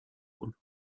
rôles